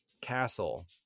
castle